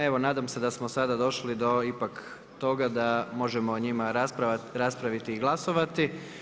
Evo nadam se da smo sada došli do ipak toga da možemo o njima raspraviti i glasovati.